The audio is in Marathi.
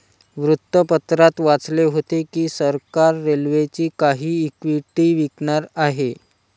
वृत्तपत्रात वाचले होते की सरकार रेल्वेची काही इक्विटी विकणार आहे